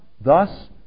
Thus